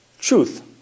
truth